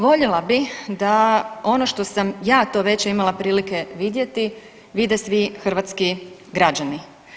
Voljela bi da ono što sam ja to već imala prilike vidjeti, vide svi hrvatski građani.